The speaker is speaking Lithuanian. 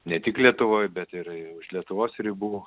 ne tik lietuvoj bet ir už lietuvos ribų